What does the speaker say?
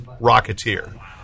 Rocketeer